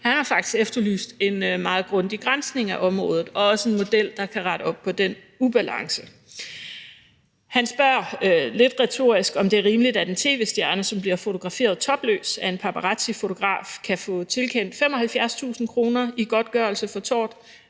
Han har faktisk efterlyst en meget grundig granskning af området og også en model, der kan rette op på den ubalance. Han spørger lidt retorisk, om det er rimeligt, at et tv-stjerne, som bliver fotograferet topløs af en paparazzifotograf, kan få tilkendt 75.000 kr. i godtgørelse for tort,